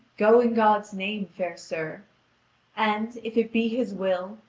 go in god's name, fair sir and, if it be his will,